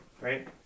right